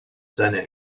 seiner